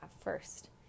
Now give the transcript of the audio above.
first